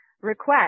request